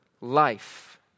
life